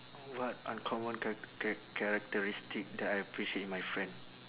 what uncommon cha~ cha~ characteristic that I appreciate in my friend